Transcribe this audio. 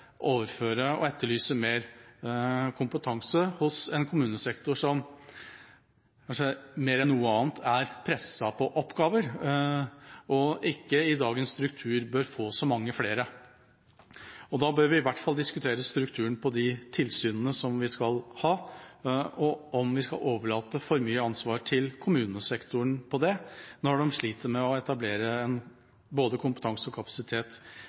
overføre og etterlyse mer kompetanse hos en kommunesektor som kanskje mer enn noe annet er presset når det gjelder oppgaver, og som i dagens struktur ikke bør få så mange flere. Da bør vi i hvert fall diskutere strukturen på de tilsynene vi skal ha, og om vi skal overlate for mye ansvar til kommunesektoren her, når de sliter med å etablere både kompetanse og kapasitet